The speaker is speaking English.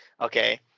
Okay